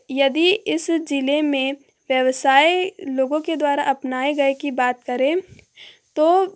यदि इस जिले में व्यवसाय लोगों के द्वारा अपनाए गए की बात करें तो